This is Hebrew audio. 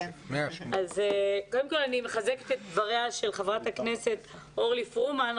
אז קודם כל אני מחזקת את דבריה של ח"כ אורלי פרומן,